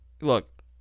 look